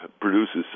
produces